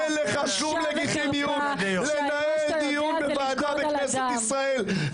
אין לך שום לגיטימיות לנהל דיון בוועדה בכנסת ישראל,